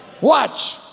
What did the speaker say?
Watch